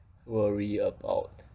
worry about